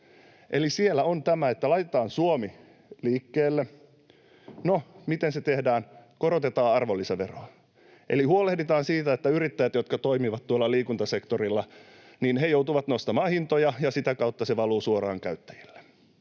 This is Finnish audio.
Eli siellä on tämä, että laitetaan Suomi liikkeelle. No, miten se tehdään? Korotetaan arvonlisäveroa eli huolehditaan siitä, että yrittäjät, jotka toimivat tuolla liikuntasektorilla, joutuvat nostamaan hintoja, ja sitä kautta se valuu suoraan käyttäjille.